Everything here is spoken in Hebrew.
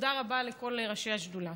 ותודה רבה לכל ראשי השדולה.